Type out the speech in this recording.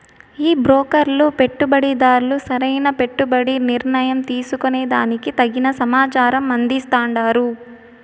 ఈ బ్రోకర్లు పెట్టుబడిదార్లు సరైన పెట్టుబడి నిర్ణయం తీసుకునే దానికి తగిన సమాచారం అందిస్తాండారు